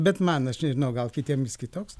bet man aš nežinau gal kitiem jis kitoks